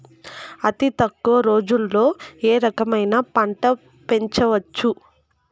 అతి తక్కువ రోజుల్లో ఏ రకమైన పంట పెంచవచ్చు?